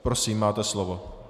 Prosím máte slovo.